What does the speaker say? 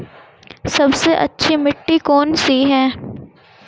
सबसे अच्छी मिट्टी कौन सी है?